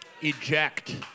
eject